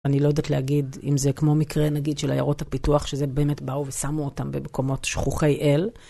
אני לא יודעת להגיד אם זה כמו מקרה נגיד של עיירות הפיתוח שזה באמת באו ושמו אותם במקומות שכוחי אל.